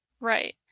Right